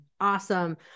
awesome